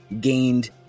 gained